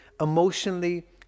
emotionally